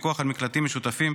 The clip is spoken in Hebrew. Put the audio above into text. פיקוח על מקלטים משותפים),